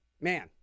man